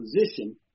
position